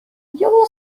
your